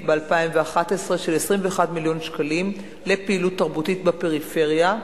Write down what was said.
של 21 מיליון שקלים לפעילות תרבותית בפריפריה,